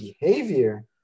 behavior